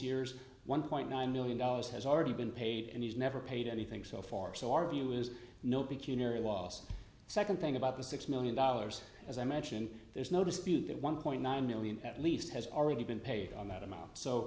years one point nine million dollars has already been paid and he's never paid anything so far so our view is no peculiar a last second thing about the six million dollars as i mention there's no dispute that one point nine million at least has already been paid on that amount so